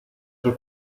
sus